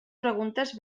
preguntes